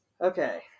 okay